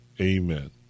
Amen